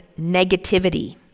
negativity